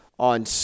on